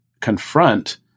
confront